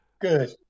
Good